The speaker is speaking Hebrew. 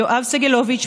יואב סגלוביץ',